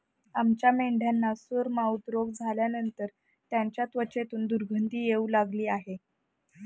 आमच्या मेंढ्यांना सोरमाउथ रोग झाल्यानंतर त्यांच्या त्वचेतून दुर्गंधी येऊ लागली आहे